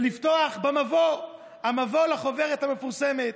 ולפתוח במבוא, המבוא לחוברת המפורסמת.